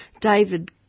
David